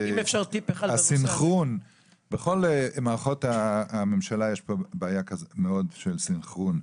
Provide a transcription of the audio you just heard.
הסנכרון בכל מערכות הממשלה יש בעיה מאוד של סנכרון,